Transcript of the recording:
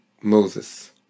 Moses